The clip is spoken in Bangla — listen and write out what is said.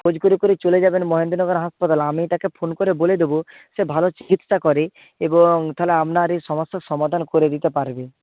খোঁজ করে করে চলে যাবেন মহেন্দ্রনগর হাসপাতাল আমি তাকে ফোন করে বলে দেবো সে ভালো চিকিৎসা করে এবং তাহলে আপনার এ সমস্যার সমাধান করে দিতে পারবে